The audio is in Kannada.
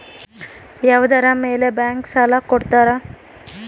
ಯಾವುದರ ಮೇಲೆ ಬ್ಯಾಂಕ್ ಸಾಲ ಕೊಡ್ತಾರ?